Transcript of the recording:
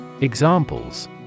Examples